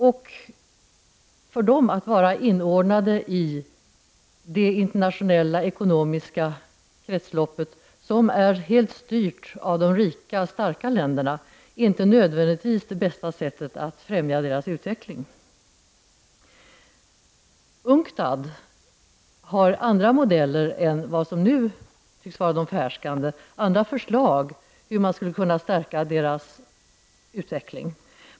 Att de är inordnade i det internationella ekonomiska kretsloppet, som är helt styrt av de rika, starka länderna, är inte nödvändigtvis det bästa sättet att främja deras utveckling. UNCTAD har andra modeller än de som nu tycks vara förhärskande, andra förslag till hur man skulle kunna stärka deras utveckling.